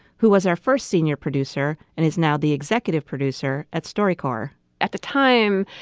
who was our first senior producer and is now the executive producer at storycorps at the time,